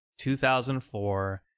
2004